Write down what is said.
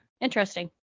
Interesting